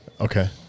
Okay